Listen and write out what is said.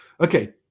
Okay